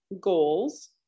goals